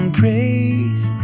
praise